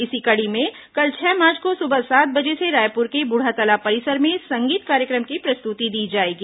इसी कड़ी में कल छह मार्च को सुबह सात बजे से रायपुर के बूढ़ातालाब परिसर में संगीत कार्यक्रम की प्रस्तुति दी जाएगी